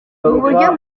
buryo